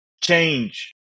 change